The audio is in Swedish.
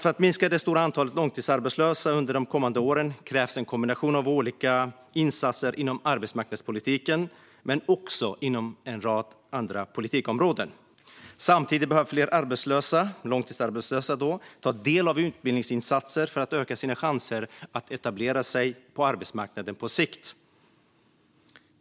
För att minska det stora antalet långtidsarbetslösa under de kommande åren krävs en kombination av olika insatser inom arbetsmarknadspolitiken, men också inom en rad andra politikområden. Samtidigt behöver fler långtidsarbetslösa ta del av utbildningsinsatser för att öka sina chanser att etablera sig på arbetsmarknaden på sikt.